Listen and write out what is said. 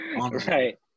right